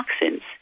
toxins